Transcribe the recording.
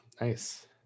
nice